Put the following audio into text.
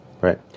Right